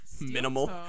Minimal